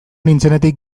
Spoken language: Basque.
nintzenetik